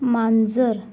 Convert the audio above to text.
मांजर